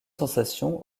sensations